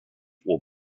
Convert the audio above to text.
will